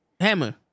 Hammer